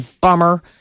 bummer